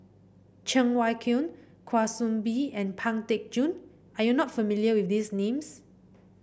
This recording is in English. Cheng Wai Keung Kwa Soon Bee and Pang Teck Joon are you not familiar with these names